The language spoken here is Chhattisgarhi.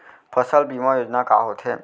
फसल बीमा योजना का होथे?